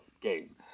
game